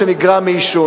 דברים.